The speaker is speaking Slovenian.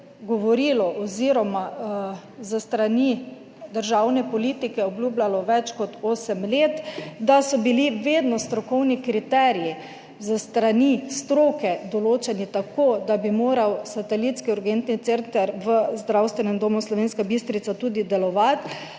oziroma s strani državne politike obljubljalo več kot osem let, da so bili vedno strokovni kriteriji s strani stroke določeni tako, da bi moral satelitski urgentni center v Zdravstvenem domu Slovenska Bistrica tudi delovati,